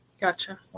Gotcha